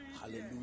Hallelujah